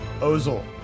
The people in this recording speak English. Ozil